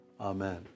amen